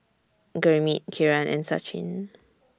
Gurmeet Kiran and Sachin